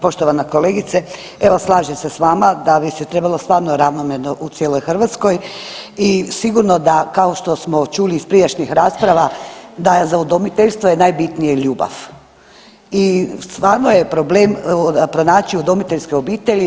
Poštovana kolegice, evo slažem se s vama da bi se trebalo stvarno ravnomjerno u cijeloj Hrvatskoj i sigurno da kao što smo čuli iz prijašnjih rasprava da za udomiteljstvo je najbitnije ljubav i stvarno je problem pronaći udomiteljske obitelji.